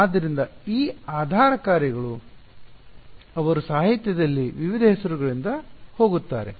ಆದ್ದರಿಂದ ಈ ಆಧಾರ ಕಾರ್ಯಗಳು ಅವರು ಸಾಹಿತ್ಯದಲ್ಲಿ ವಿವಿಧ ಹೆಸರುಗಳಿಂದ ಹೋಗುತ್ತಾರೆ